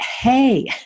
hey